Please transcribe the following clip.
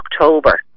October